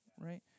right